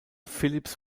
phillips